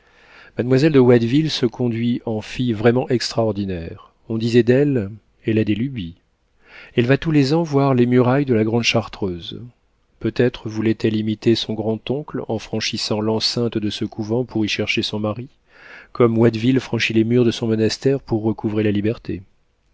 mademoiselle de watteville se conduit en fille vraiment extraordinaire on disait d'elle elle a des lubies elle va tous les ans voir les murailles de la grande chartreuse peut-être voulait-elle imiter son grand-oncle en franchissant l'enceinte de ce couvent pour y chercher son mari comme watteville franchit les murs de son monastère pour recouvrer la liberté